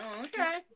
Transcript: Okay